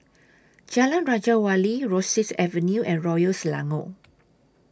Jalan Raja Wali Rosyth Avenue and Royal Selangor